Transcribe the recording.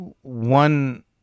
one